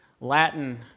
Latin